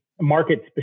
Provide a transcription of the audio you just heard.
market